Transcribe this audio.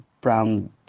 brown